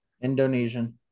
Indonesian